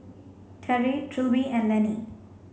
Teri Trilby and Lannie